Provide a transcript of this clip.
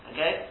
Okay